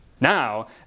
Now